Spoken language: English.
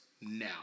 now